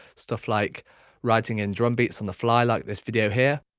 stuff like writing in drum beats on the fly like this video here